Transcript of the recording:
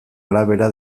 arabera